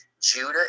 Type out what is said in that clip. Judah